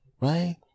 right